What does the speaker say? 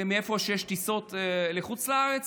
מאיפה שיש טיסות לחוץ לארץ,